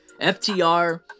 FTR